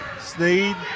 Snead